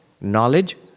Knowledge